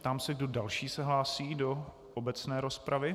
Ptám se, kdo další se hlásí do obecné rozpravy.